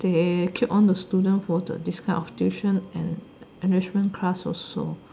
they keep all the student for the this type of tuition and enrichment class also